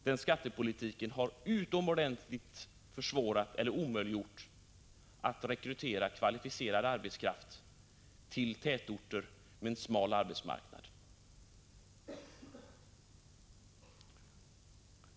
Den skattepolitiken har på ett utomordentligt sätt försvårat eller omöjliggjort att rekrytera kvalificerad arbetskraft till tätorter med smal arbetsmarknad.